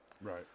Right